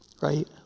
Right